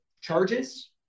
charges